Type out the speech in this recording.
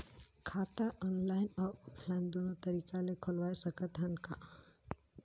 खाता ऑनलाइन अउ ऑफलाइन दुनो तरीका ले खोलवाय सकत हन का?